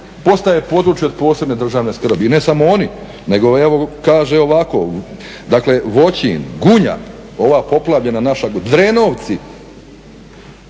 postaje područje od posebne državne skrbi. I ne samo oni nego evo kaže ovako, dakle Voćin, Gunja, ova poplavljena naša, Drenovci,